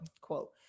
quote